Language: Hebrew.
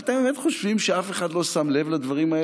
אתם באמת חושבים שאף אחד לא שם לב לדברים האלה?